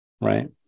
right